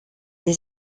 les